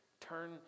turn